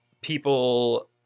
people